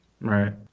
Right